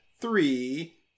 three